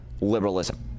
liberalism